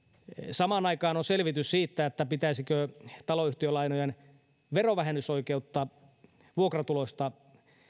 samaan aikaan on selvitys siitä pitäisikö taloyhtiölainojen verovähennysoikeutta vuokratuloista